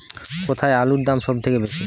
কোথায় আলুর দাম সবথেকে বেশি?